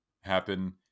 happen